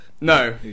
no